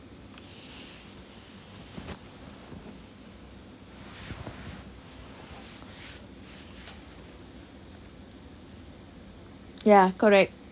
ya correct